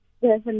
Yes